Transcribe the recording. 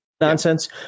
nonsense